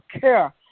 care